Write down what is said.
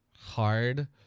hard